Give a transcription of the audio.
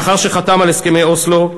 לאחר שחתם על הסכמי אוסלו,